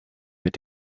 mit